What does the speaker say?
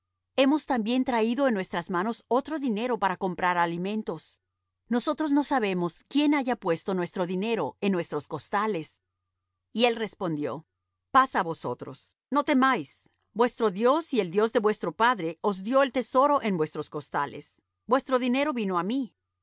hemos también traído en nuestras manos otro dinero para comprar alimentos nosotros no sabemos quién haya puesto nuestro dinero en nuestros costales y él respondió paz á vosotros no temáis vuestro dios y el dios de vuestro padre os dió el tesoro en vuestros costales vuestro dinero vino á mí